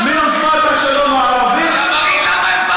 למה אתם מפריעים לו?